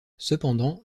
cependant